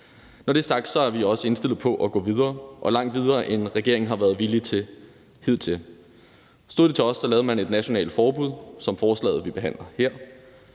Når det er sagt, er vi også indstillet på at gå videre, også langt videre end det, regeringen har været villig til hidtil. Stod det til os, lavede man et nationalt forbud som det, der ligger